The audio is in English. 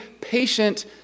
patient